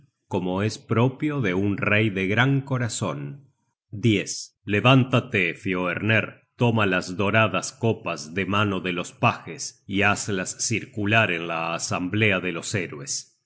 como es propio de un rey de gran corazon levántate fioerner toma las doradas copas de mano de los pajes y hazlas circular en la asamblea de los héroes